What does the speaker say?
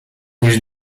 niż